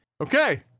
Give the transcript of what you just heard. Okay